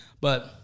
But-